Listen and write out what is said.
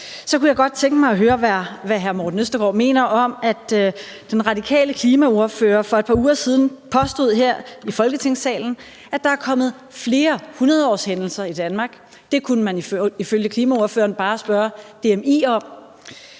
kunne jeg godt tænke mig at høre, hvad hr. Morten Østergaard mener om, at den radikale klimaordfører for et par uger siden her i Folketingssalen påstod, at der er kommet flere hundredeårshændelser i Danmark – det kunne man ifølge klimaordføreren bare spørge DMI om